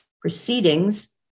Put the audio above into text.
proceedings